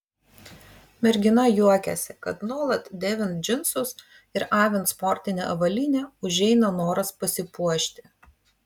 mergina juokiasi kad nuolat dėvint džinsus ir avint sportinę avalynę užeina noras pasipuošti